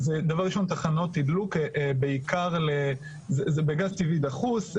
זה דבר ראשון תחנות תדלוק בעיקר זה בגז טבעי דחוס.